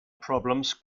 problems